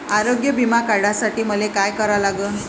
आरोग्य बिमा काढासाठी मले काय करा लागन?